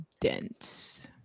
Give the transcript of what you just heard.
dense